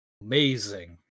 Amazing